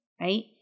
right